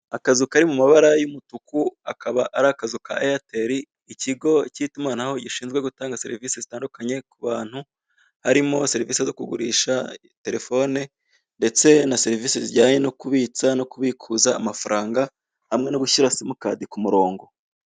Akazu kari mu mabara y'umutuku, akaba ari akazu ka eyateli, ikigo cy'itumanaho, gishinzwe gutanga serivize zitandukanye ku bantu, harimo serivise zo kugurisha telefone, ndetse na serivise zijyanye no kubitsa no kubikuza amafaranga, hamwe no gushyira semukadi ku murongo.